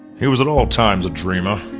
he was at all times a dreamer,